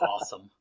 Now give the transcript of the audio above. awesome